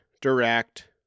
direct